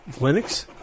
Linux